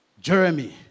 Jeremy